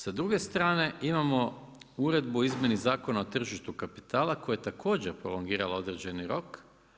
Sa druge strane imamo Uredbu o Izmjeni zakona o tržištu kapitala koja je također prolongirala određeni rok.